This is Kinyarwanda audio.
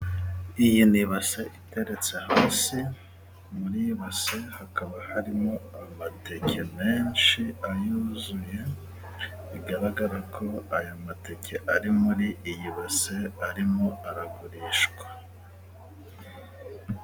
Iyi ni ibase iteretse hasi. Muri iyi base hakaba harimo amateke menshi ayuzuye. Bigaragara ko aya mateke ari muri iyi base arimo aragurishwa.